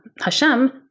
Hashem